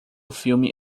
filme